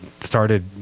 started